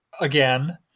again